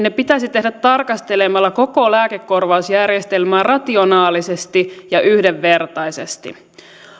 ne pitäisi tehdä tarkastelemalla koko lääkekorvausjärjestelmää rationaalisesti ja yhdenvertaisesti